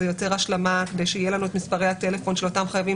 יוצר השלמה כדי שיהיה לנו את מספרי הטלפון של אותם חייבים